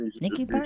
Nikki